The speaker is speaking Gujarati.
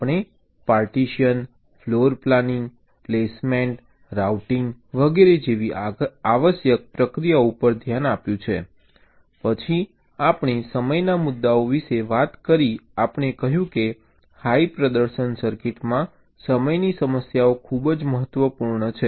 આપણે partition floor planning placement routing વગેરે જેવી આવશ્યક પ્રક્રિયાઓ ઉપર ધ્યાન આપ્યું છે પછી આપણે સમયના મુદ્દાઓ વિશે વાત કરી આપણે કહ્યું કે હાઈ પ્રદર્શન સર્કિટમાં સમયની સમસ્યાઓ ખૂબ જ મહત્વપૂર્ણ છે